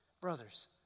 brothers